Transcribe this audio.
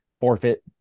Forfeit